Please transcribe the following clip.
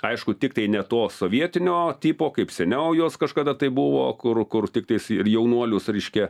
aišku tiktai ne to sovietinio tipo kaip seniau jos kažkada tai buvo kur kur tiktais ir jaunuolius reiškia